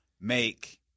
make –